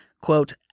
quote